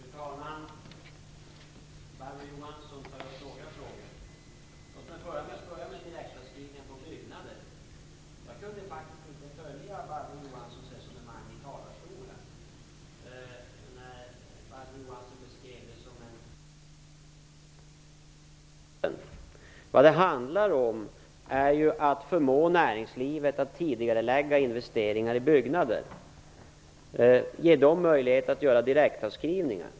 Fru talman! Barbro Johansson tar upp många frågor. Låt mig börja med direktavskrivningar i fråga om byggnader. Jag kunde faktiskt inte följa Barbro Johanssons resonemang i talarstolen. Hon beskrev det som en tung ekonomisk belastning för staten. Vad det handlar om är att förmå näringslivet att tidigarelägga investeringar i byggnader och ge möjlighet till direktavskrivningar.